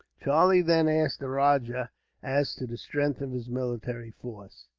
charlie then asked the rajah as to the strength of his military force.